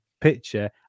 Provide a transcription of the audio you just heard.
picture